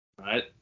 right